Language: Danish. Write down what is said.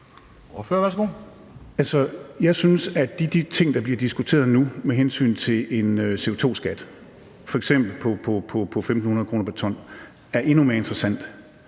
Jeg synes, at de ting, der bliver diskuteret nu med hensyn til en CO2-skat, f.eks. på 1.500 kr. pr. ton, er endnu mere interessante,